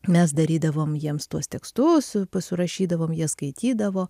mes darydavom jiems tuos tekstus pa surašydavom jie skaitydavo